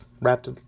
wrapped